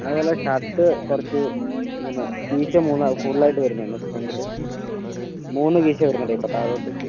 അതേപോലെ ഷർട്ട് കുറച്ച് ഇങ്ങനെ കീശ ഫുള്ളായിട്ട് വരുന്നത് ആണ് ഫ്രണ്ടില് മൂന്ന് കീശ വരുന്ന ടൈപ്പാണ് താഴോട്ടേക്ക്